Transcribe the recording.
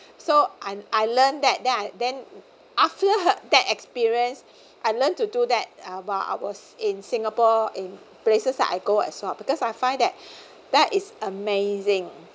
so I I learned that then I then after that experience I learned to do that uh while I was in singapore in places that I go as well because I find that that is amazing